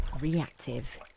Reactive